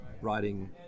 writing